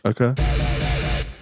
Okay